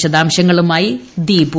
വിശദാംശങ്ങളുമായി ദീപു